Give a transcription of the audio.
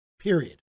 Period